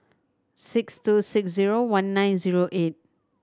six two six zero one nine zero eight